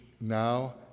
now